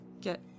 get